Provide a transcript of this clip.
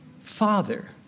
Father